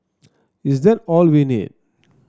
is that all we need